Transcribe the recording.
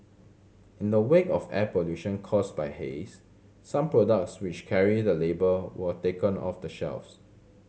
in the wake of air pollution caused by haze some products which carry the label were taken off the shelves